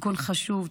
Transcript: תיקון חשוב,